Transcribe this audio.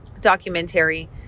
documentary